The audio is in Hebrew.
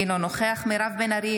אינו נוכח מירב בן ארי,